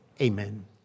Amen